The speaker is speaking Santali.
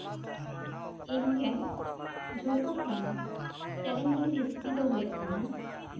ᱤᱧ ᱴᱷᱮᱱ ᱡᱷᱚᱛᱚ ᱠᱷᱚᱱ ᱪᱮᱞᱮᱧᱡᱤᱝ ᱨᱮᱥᱤᱯᱤ ᱫᱚ ᱦᱩᱭᱩᱜ ᱠᱟᱱᱟ